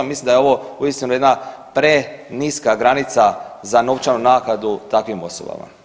Mislim da je ovo uistinu jedna preniska granica za novčanu naknadu takvim osobama.